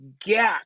get